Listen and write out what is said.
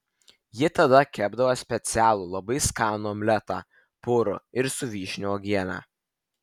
ji tada kepdavo specialų labai skanų omletą purų ir su vyšnių uogiene